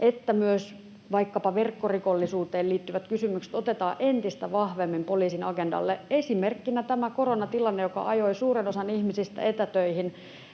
että myös vaikkapa verkkorikollisuuteen liittyvät kysymykset otetaan entistä vahvemmin poliisin agendalle. Esimerkkinä tämä koronatilanne, joka ajoi suuren osan ihmisistä etätöihin,